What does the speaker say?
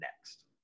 next